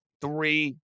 three